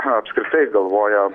apskritai galvoja